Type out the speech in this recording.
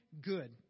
good